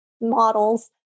models